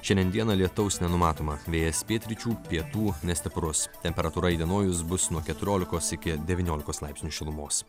šiandien dieną lietaus nenumatoma vėjas pietryčių pietų nestiprus temperatūra įdienojus bus nuo keturiolikos iki devyniolikos laipsnių šilumos